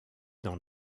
dans